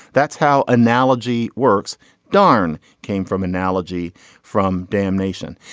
that's how analogy works darn came from analogy from damnation.